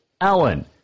Allen